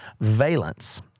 Valence